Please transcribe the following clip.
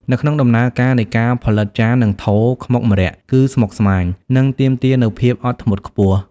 នៅក្នុងដំណើរការនៃការផលិត ចាន និងថូខ្មុកម្រ័ក្សណ៍គឺស្មុគស្មាញ និងទាមទារនូវភាពអត់ធ្មត់ខ្ពស់។